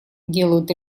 делают